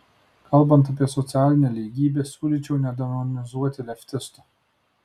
kalbant apie socialinę lygybę siūlyčiau nedemonizuoti leftistų